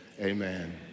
amen